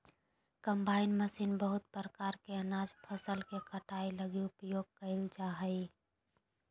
combine machine बहुत प्रकार के अनाज फसल के कटाई लगी उपयोग कयल जा हइ